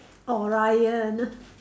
Orion